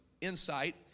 insight